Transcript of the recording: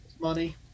Money